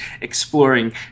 exploring